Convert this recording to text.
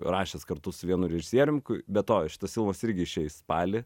rašęs kartu su vienu režisierium be to šitas filmas irgi išeis spalį